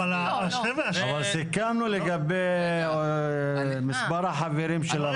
סיכמנו לגבי מספר החברים של הרשות.